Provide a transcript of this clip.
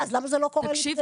אז למה זה לא קורה לפני?